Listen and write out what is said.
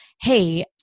Hey